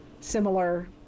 similar